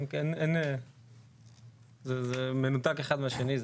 זה מנותק אחד מהשני.